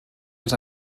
els